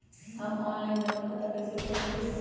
हम ऑनलाइन जमा खाता कईसे खोल सकली ह?